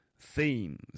themes